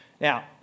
Now